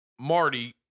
Marty